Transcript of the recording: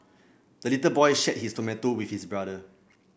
the little boy shared his tomato with his brother